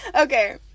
okay